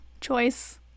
choice